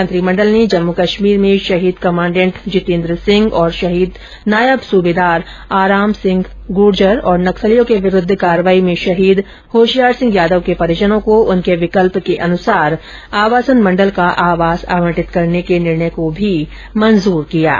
मंत्रिमंडल ने जम्मू कश्मीर में शहीद कमांडेंट जितेन्द्र सिंह तथा शहीद नायब सूबेदार आराम सिंह गुर्जर और नक्सलियों के विरूद्व कार्रवाई में शहीद होशियार सिंह यादव के परिजनों को उनके विकल्प के अनुसार राजस्थान आवासन मंडल का आवास आवंटित करने के निर्णय को भी मंजूर किया है